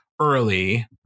early